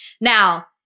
Now